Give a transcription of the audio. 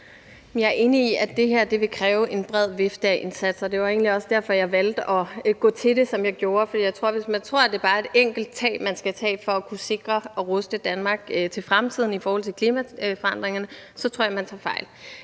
Jeg er enig i, at det her vil kræve en bred vifte af indsatser. Det var egentlig også derfor, jeg valgte at gå til det sådan, som jeg gjorde, for hvis man tror, at det bare er et enkelt greb, man skal tage for at kunne sikre og ruste Danmark til fremtiden i forhold til klimaforandringerne, så tror jeg man tager fejl.